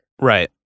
Right